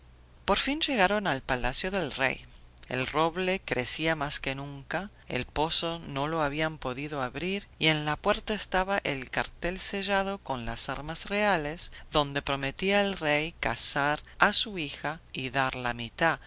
por fin llegaron al palacio del rey el roble crecía más que nunca el pozo no lo habían podido abrir y en la puerta estaba el cartel sellado con las armas reales donde prometía el rey casar a su hija y dar la mitad